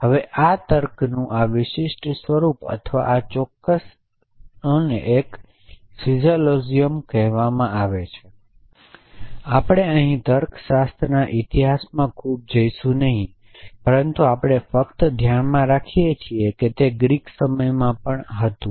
અને આ તર્કનું આ વિશિષ્ટ સ્વરૂપ અથવા આ ચોક્કસ લોલને એક સિલેઓઝિઝમ કહેવામાં આવે છે આપણે અહીં તર્કશાસ્ત્રના ઇતિહાસમાં ખૂબ જઇશું નહીં પરંતુ આપણે ફક્ત ધ્યાનમાં રાખીએ છીએ કે ગ્રીક સમયમાં પણ આ હતું